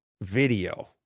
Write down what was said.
video